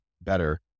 better